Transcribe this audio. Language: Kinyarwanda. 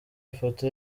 ifoto